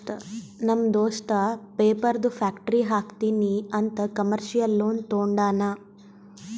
ನಮ್ ದೋಸ್ತ ಪೇಪರ್ದು ಫ್ಯಾಕ್ಟರಿ ಹಾಕ್ತೀನಿ ಅಂತ್ ಕಮರ್ಶಿಯಲ್ ಲೋನ್ ತೊಂಡಾನ